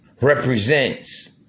represents